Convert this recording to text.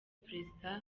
president